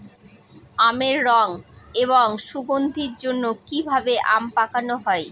আমের রং এবং সুগন্ধির জন্য কি ভাবে আম পাকানো হয়?